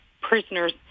prisoners